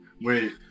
Wait